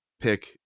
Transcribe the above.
pick